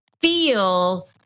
feel